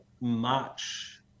March